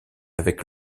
avec